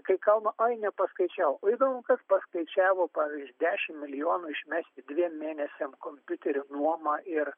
kai kalba oi nepaskaičiavo o įdomu kas paskaičiavo pavyzdžiui dešimt milijonų išmesti dviem mėnesiam kompiuterio nuomą ir